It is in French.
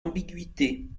ambiguïtés